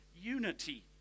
unity